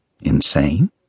Insane